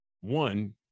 One